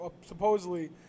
supposedly